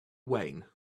wayne